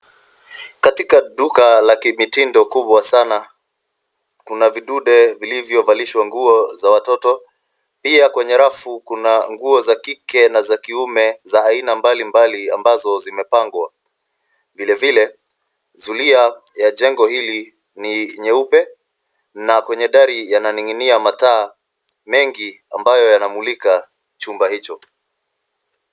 Katika duka la kimitindo kubwa sana, kuna vidude vilivyovalishwa nguo za watoto, pia kwenye rafu kuna nguo za kike na za kiume za aina mbalimbali, ambazo zimepangwa. Vilevile zulia ya jengo hili ni nyeupe na kwenye dari yananing'inia mataa mengi, ambayo yanamulika chumba hicho.